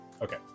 Okay